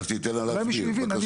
אולי מישהו הבין,